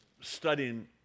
studying